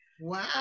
Wow